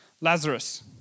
Lazarus